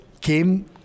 came